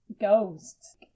ghosts